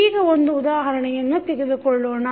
ಈಗ ಒಂದು ಉದಾಹರಣೆಯನ್ನು ತೆಗೆದುಕೊಳ್ಳೋಣ